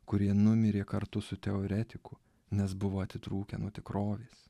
kurie numirė kartu su teoretiku nes buvo atitrūkę nuo tikrovės